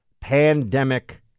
pandemic